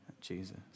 Jesus